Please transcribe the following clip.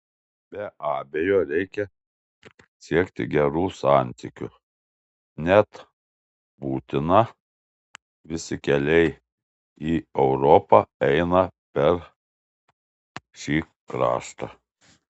be abejo reikia siekti gerų santykių net būtina visi keliai į europą eina per šį kraštą